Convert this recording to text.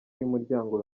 y’umuryango